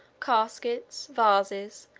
caskets, vases,